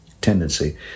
Tendency